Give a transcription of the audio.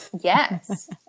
Yes